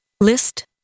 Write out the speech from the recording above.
List